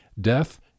death